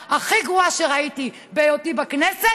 שימוע הוגן, כן לשמוע את התת-ניצב,